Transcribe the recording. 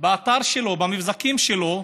באתר שלו, במבזקים שלו,